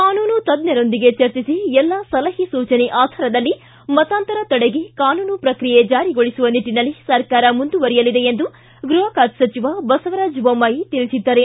ಕಾನೂನು ತಜ್ಜರೊಂದಿಗೆ ಚರ್ಚಿಸಿ ಎಲ್ಲಾ ಸಲಹೆ ಸೂಚನೆ ಆಧಾರದಲ್ಲಿ ಮತಾಂತರ ತಡೆಗೆ ಕಾನೂನು ಪ್ರಕ್ರಿಯೆ ಜಾರಿಗೊಳಿಸುವ ನಿಟ್ಟಿನಲ್ಲಿ ಸರ್ಕಾರ ಮುಂದುವರಿಯಲಿದೆ ಎಂದು ಗ್ಟಪ ಖಾತೆ ಸಚಿವ ಬಸವರಾಜ ಬೊಮ್ನಾಯಿ ತಿಳಿಸಿದ್ದಾರೆ